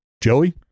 Joey